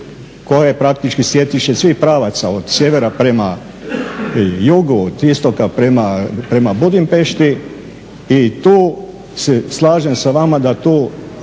je praktički sjecište svih pravaca, od sjevera prema jugu, od istoka prema Budimpešti i tu se slažem sa vama da tu